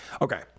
Okay